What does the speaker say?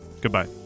Goodbye